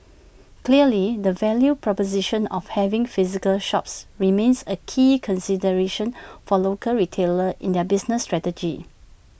clearly the value proposition of having physical shops remains A key consideration for local retailers in their business strategy